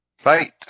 Fight